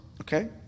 Okay